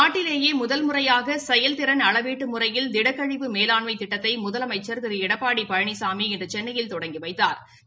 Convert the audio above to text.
நாட்டிலேயே முதல் முறையாக செயல்திறன் அளவீட்டு முறையில் திடக்கழிவு மேணாண்மை திட்டத்தை முதலமைச்சா் திரு எடப்பாடி பழனிசாமி இன்று சென்னையில் தொடங்கி வைத்தாா்